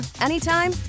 anytime